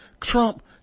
Trump